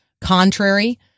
contrary